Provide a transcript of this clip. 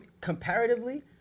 comparatively